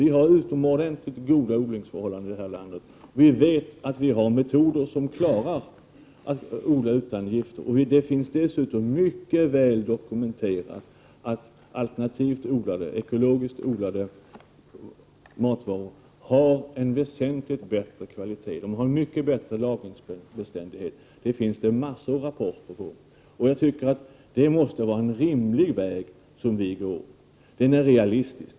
Vi har ju utomordentligt goda odlingsförhållanden i det här landet. Vi har metoder att odla utan gifter, och dessutom är det mycket väl dokumenterat att alternativt odlade matvaror har en väsentligt bättre kvalitet. De har t.ex. en mycket bättre lagringsbeständighet än andra varor. Detta visar mängder av rapporter. Vår väg är en rimlig väg att gå. Den är realistisk.